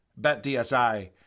BetDSI